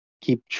keep